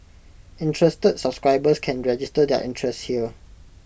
interested subscribers can register their interest here